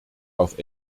auf